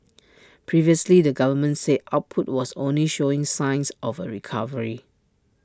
previously the government said output was only showing signs of A recovery